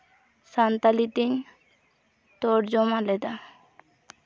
ᱥᱟᱱᱛᱟᱲᱤ ᱛᱤᱧ ᱛᱚᱨᱡᱚᱢᱟ ᱞᱮᱫᱟ